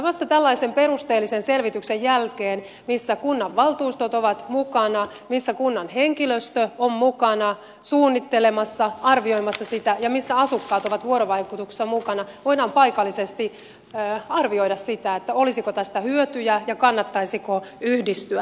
vasta tällaisen perusteellisen selvityksen jälkeen missä kunnanvaltuustot ovat mukana missä kunnan henkilöstö on mukana suunnittelemassa arvioimassa sitä ja missä asukkaat ovat vuorovaikutuksessa mukana voidaan paikallisesti arvioida sitä olisiko tästä hyötyjä ja kannattaisiko yhdistyä